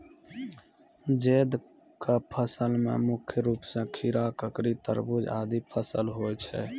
जैद क फसल मे मुख्य रूप सें खीरा, ककड़ी, तरबूज आदि फसल होय छै